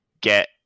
get